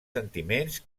sentiments